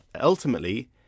ultimately